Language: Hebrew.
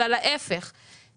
אלא להפך,